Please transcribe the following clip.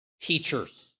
teachers